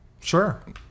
Sure